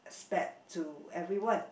to everyone